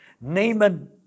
Naaman